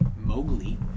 Mowgli